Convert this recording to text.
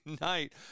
night